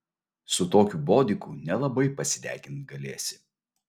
su tokiu bodiku nelabai pasidegint galėsi